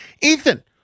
Ethan